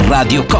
Radio